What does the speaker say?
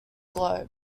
globe